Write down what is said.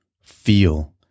feel